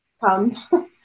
come